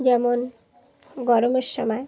যেমন গরমের সময়